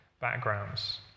backgrounds